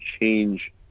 change